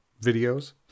videos